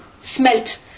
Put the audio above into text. Smelt